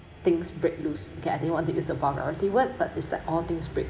things break loose okay lah I didn't want to use the vulgarity but is like all things break